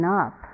up